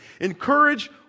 Encourage